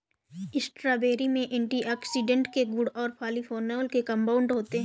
strawberry में antioxidant गुण और पॉलीफेनोल कंपाउंड होते हैं